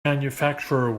manufacturer